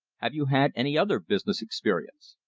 have you had any other business experience?